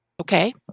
Okay